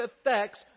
effects